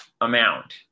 amount